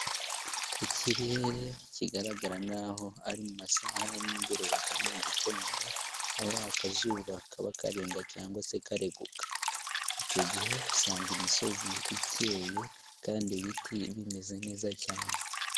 Ikirere kigaragara nkaho ari mu masaha ya nimugoroba cyangwa mugitondo. Aho akazuba kaba karenga cyangwa se kareguka. Icyo gihe usanga imisozi ikeye kandi ibiti bimeze neza cyane.